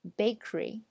？bakery